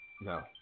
No